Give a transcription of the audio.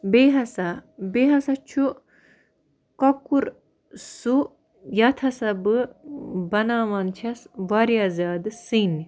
بیٚیہِ ہسا بیٚیہِ ہسا چھُ کۄکُر سُہ یَتھ ہَسا بہٕ بناوان چھیٚس واریاہ زیادٕ سِنۍ